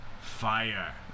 fire